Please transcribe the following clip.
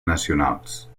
nacionals